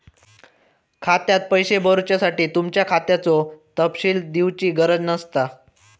खात्यात पैशे भरुच्यासाठी तुमच्या खात्याचो तपशील दिवची गरज नसता